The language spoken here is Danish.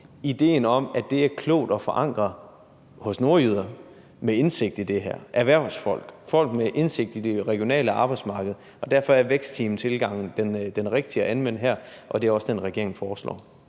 idéen om, at det er klogt at forankre det hos nordjyder med indsigt i det her: erhvervsfolk, folk med indsigt i det regionale arbejdsmarked. Og derfor er vækstteamstilgangen den rigtige at anvende her. Og det er også den, regeringen foreslår.